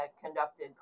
conducted